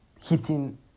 hitting